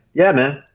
yeah man.